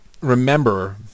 remember